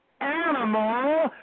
animal